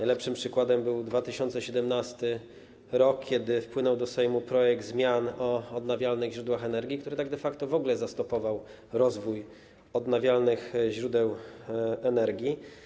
Najlepszym przykładem był 2017 r., kiedy wpłynął do Sejmu projekt zmian o odnawialnych źródłach energii, który tak de facto w ogóle zastopował rozwój odnawialnych źródeł energii.